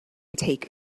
take